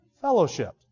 fellowship